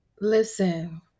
Listen